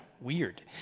weird